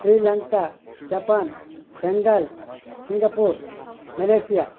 Sri Lanka Japan Bengal Singapore Malaysia